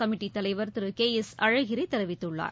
கமிட்டித் தலைவர் திரு கே எஸ் அழகிரி தெரிவித்துள்ளார்